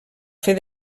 fer